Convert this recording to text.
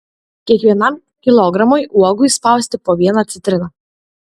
kiekvienam kilogramui uogų įspausti po vieną citriną